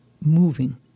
moving